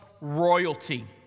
royalty